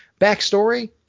backstory